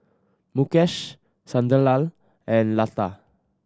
Mukesh Sunderlal and Lata